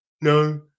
no